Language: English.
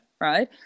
right